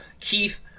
Keith